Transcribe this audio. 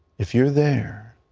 if you're there